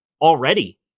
already